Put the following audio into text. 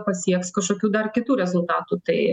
pasieks kažkokių dar kitų rezultatų tai